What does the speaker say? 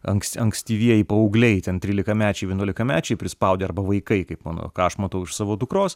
anksti ankstyvieji paaugliai ten trylikamečiai vienuolikamečiai prispaudę arba vaikai kaip mano ką aš matau iš savo dukros